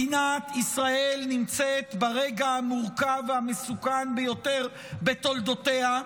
מדינת ישראל נמצאת ברגע המורכב והמסוכן ביותר בתולדותיה,